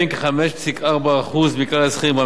כבר היום העובדים העוסקים במקצועות שוחקים,